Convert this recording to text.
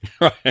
Right